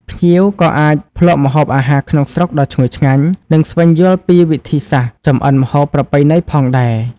ភ្ញៀវក៏អាចភ្លក់ម្ហូបអាហារក្នុងស្រុកដ៏ឈ្ងុយឆ្ងាញ់ និងស្វែងយល់ពីវិធីសាស្រ្តចម្អិនម្ហូបប្រពៃណីផងដែរ។